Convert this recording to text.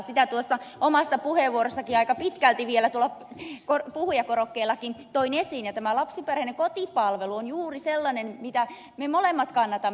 sitä omassa puheenvuorossanikin aika pitkälti vielä puhujakorokkeellakin toin esiin ja tämä lapsiperheiden kotipalvelu on juuri sellainen asia mitä me molemmat kannatamme